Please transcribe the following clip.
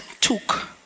took